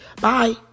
Bye